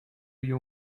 you